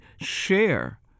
share